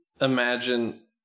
imagine